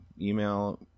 Email